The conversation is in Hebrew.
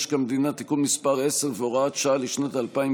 משק המדינה (תיקון מס' 10 והוראת שעה לשנת 2020)